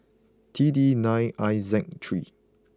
T D nine I Z three